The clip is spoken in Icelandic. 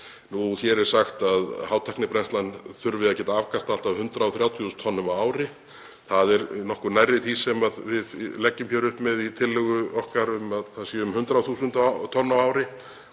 Hér er sagt að hátæknibrennslan þurfi að geta afkastað allt að 130.000 tonnum á ári og er það nokkuð nærri því sem við leggjum upp með í tillögu okkar um að það séu um 100.000 tonn á ári.